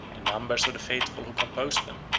the numbers of the faithful who composed them,